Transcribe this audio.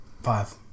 five